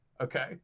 okay